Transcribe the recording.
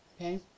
okay